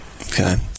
Okay